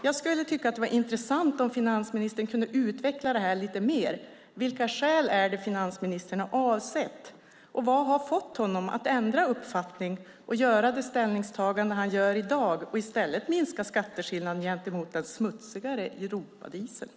Jag skulle tycka att det var intressant om finansministern kunde utveckla detta lite mer. Vilka skäl är det finansministern har avsett? Och vad har fått honom att ändra uppfattning och göra det ställningstagande han gör i dag och i stället minska skatteskillnaden gentemot den smutsigare Europadieseln?